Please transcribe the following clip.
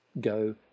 go